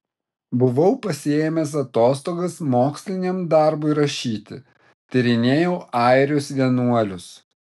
buvau pasiėmęs atostogas moksliniam darbui rašyti tyrinėjau airius vienuolius